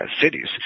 cities